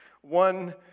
One